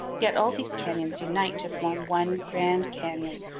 yet all these canyons unite to form one grand canyon,